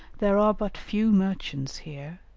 there are but few merchants here,